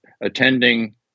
attending